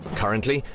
currently,